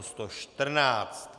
114.